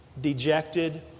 dejected